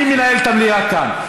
אני מנהל את המליאה, כאן.